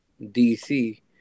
DC